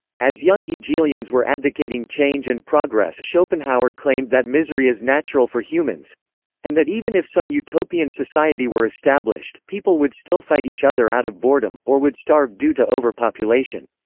as young hegelians were advocating change and progress schopenhauer claimed that misery is natural for humans and that even if some utopian society were established, people would still fight each other out of boredom, or would starve due to overpopulation.